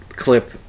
clip